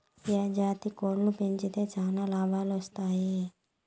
ఏ జాతి కోళ్లు పెంచితే చానా లాభాలు వస్తాయి?